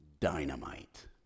dynamite